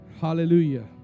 Hallelujah